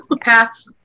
pass